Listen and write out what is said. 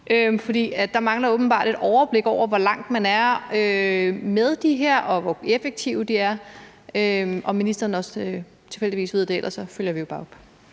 der mangler åbenbart et overblik over, hvor langt man er med dem her, og hvor effektive de er. Ved ministeren tilfældigvis det? Ellers følger vi jo bare op